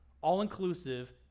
all-inclusive